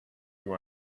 you